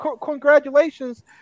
congratulations